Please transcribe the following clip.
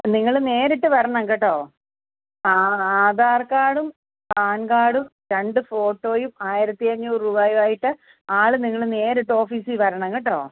നിങ്ങൾ നേരിട്ട് വരണം കേട്ടോ ആ ആധാർ കാർഡും പാൻ കാർഡും രണ്ട് ഫോട്ടോയും ആയിരത്തിഅഞ്ഞൂറ് രൂപയും ആയിട്ട് ആൾ നിങ്ങൾ നേരിട്ട് ഓഫീസിൽ വരണം കേട്ടോ